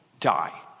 die